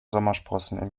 sommersprossen